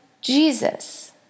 Jesus